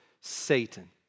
Satan